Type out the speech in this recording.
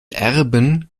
erben